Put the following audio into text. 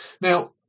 Now